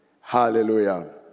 Hallelujah